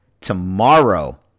tomorrow